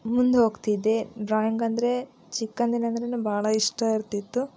ಮುಂದೆ ಹೋಗ್ತಿದ್ದೆ ಡ್ರಾಯಿಂಗ್ ಅಂದರೆ ಚಿಕ್ಕಂದಿನಿಂದಲೂ ಬಹಳ ಇಷ್ಟ ಇರ್ತಿತ್ತು